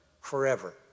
forever